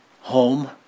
home